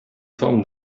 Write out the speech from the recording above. tom